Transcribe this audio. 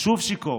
הוא שוב שיכור,